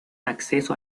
acceso